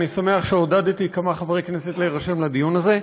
אני שמח שעודדתי כמה חברי כנסת להירשם לדיון הזה.